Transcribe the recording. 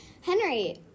Henry